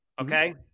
Okay